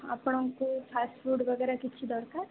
ଆପଣଙ୍କୁ fast food ବଗେରା କିଛି ଦରକାର